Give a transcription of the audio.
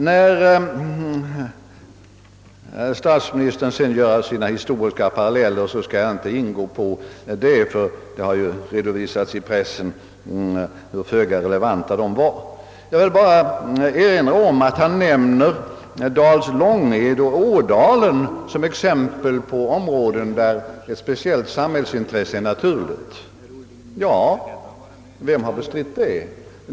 Jag skall inte gå in på statsministerns historiska paralleller, ty det har redovisats i pressen hur föga relevanta de var. Jag vill bara erinra om att han nämner Dals Långed och Ådalen som exempel på områden där ett speciellt samhällsintresse .är naturligt. Vem har bestritt det?